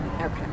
Okay